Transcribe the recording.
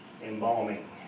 embalming